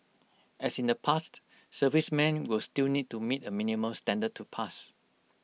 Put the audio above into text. as in the past servicemen will still need to meet A minimum standard to pass